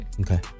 Okay